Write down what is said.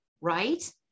Right